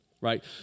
Right